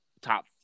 top –